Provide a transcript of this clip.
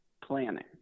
planning